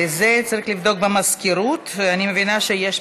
למה היא צמודה אם היא שונה?